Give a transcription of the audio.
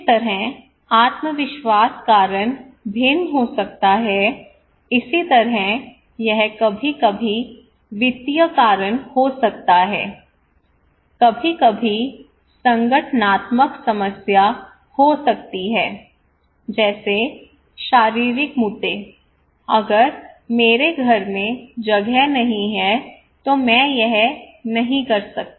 जिस तरह आत्मविश्वास कारण भिन्न हो सकता है इसी तरह यह कभी कभी वित्तीय कारण हो सकता है कभी कभी संगठनात्मक समस्या हो सकती है जैसे शारीरिक मुद्दे अगर मेरे घर में जगह नहीं है तो मैं यह नहीं कर सकता